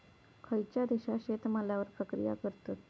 खयच्या देशात शेतमालावर प्रक्रिया करतत?